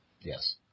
Yes